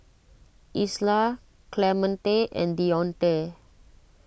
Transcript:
Isla Clemente and Dionte